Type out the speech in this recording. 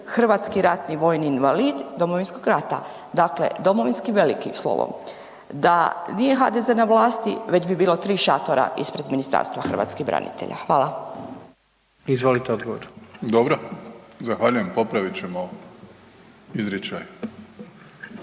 hrvatski ratni vojni invalid Domovinskog rata. Dakle, domovinski velikim slovom. Da nije HDZ na vlasti već bi bilo 3 šatora ispred Ministarstva hrvatskih branitelja. Hvala. **Jandroković, Gordan (HDZ)** Izvolite odgovor.